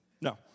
No